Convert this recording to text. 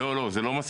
לא, זה לא מספיק.